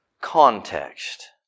context